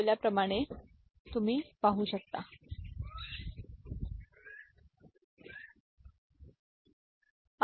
आपल्याला BCD BCD व्यतिरिक्त लक्षात असल्यास त्या तुलनेत एक्सएस 3 अॅडर सर्किट सहज मिळू शकेल